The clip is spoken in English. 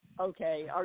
Okay